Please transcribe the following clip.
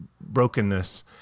brokenness